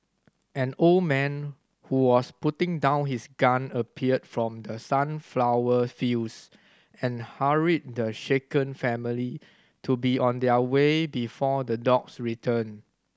an old man who was putting down his gun appeared from the sunflower fields and hurried the shaken family to be on their way before the dogs return